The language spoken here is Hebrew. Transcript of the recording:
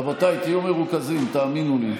רבותיי, תהיו מרוכזים, תאמינו לי.